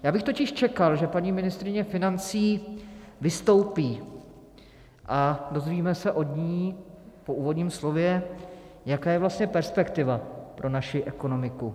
Já bych totiž čekal, že paní ministryně financí vystoupí a dozvíme se od ní po úvodním slově, jaká je vlastně perspektiva pro naši ekonomiku.